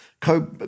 Co